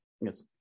Yes